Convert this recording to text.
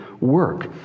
work